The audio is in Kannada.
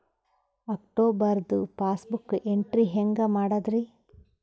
ಅಕ್ಟೋಬರ್ದು ಪಾಸ್ಬುಕ್ ಎಂಟ್ರಿ ಹೆಂಗ್ ಮಾಡದ್ರಿ?